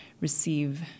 receive